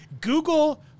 Google